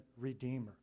redeemer